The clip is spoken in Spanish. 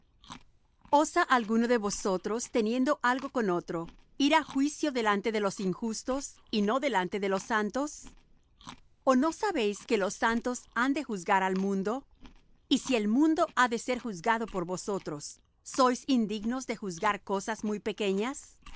osa alguno de vosotros teniendo algo con otro ir á juicio delante de los injustos y no delante de los santos o no sabéis que los santos han de juzgar al mundo y si el mundo ha de ser juzgado por vosotros sois indignos de juzgar cosas muy pequeñas